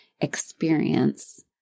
experience